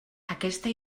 aquesta